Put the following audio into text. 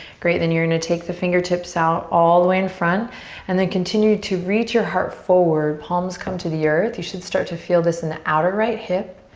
great, then you're gonna take the fingertips out all the way in front and then continue to reach your heart forward, palms come to the earth. you should start to feel this in the outer right hip.